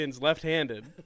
left-handed